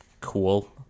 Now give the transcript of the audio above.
cool